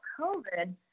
COVID